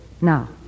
Now